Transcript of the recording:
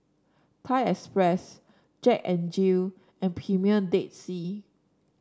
Thai Express Jack N Jill and Premier Dead Sea